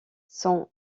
s’en